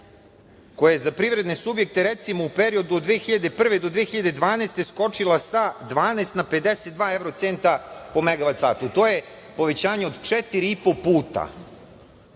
koja je za privredne subjekte recimo u periodu od 2001. do 2012. godine skočila sa 12 na 52 evrocenta po megavat satu. To je povećanje od četiri